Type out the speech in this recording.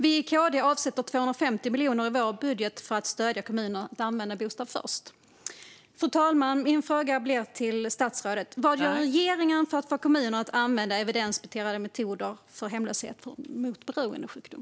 Vi i KD avsätter 250 miljoner i vår budget för att stödja kommuner att använda Bostad först. Fru talman! Min fråga till statsrådet är: Vad gör regeringen för att få kommuner att använda evidensbaserade metoder när det gäller hemlösa med beroendesjukdom?